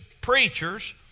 preachers